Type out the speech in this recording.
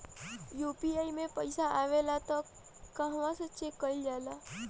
UPI मे पइसा आबेला त कहवा से चेक कईल जाला?